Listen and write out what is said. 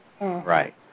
Right